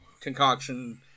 concoction